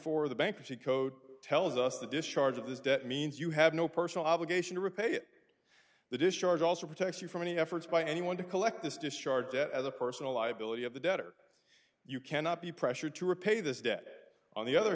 four the bankruptcy code tells us the discharge of this debt means you have no personal obligation to repay it the discharge also protects you from any efforts by anyone to collect this discharge it as a personal liability of the debtor you cannot be pressured to repay this debt on the other